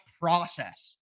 process